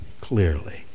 clearly